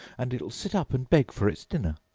and it'll sit up and beg for its dinner,